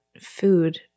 food